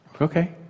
Okay